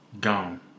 Gone